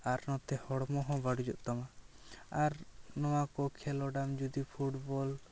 ᱟᱨ ᱱᱚᱛᱮ ᱦᱚᱲᱢᱚ ᱦᱚᱸ ᱵᱟᱹᱲᱤᱡᱚᱜ ᱛᱟᱢᱟ ᱟᱨ ᱱᱚᱣᱟ ᱠᱚ ᱠᱷᱮᱞᱚᱰᱟᱱ ᱡᱩᱫᱤ ᱯᱷᱩᱵᱚᱞ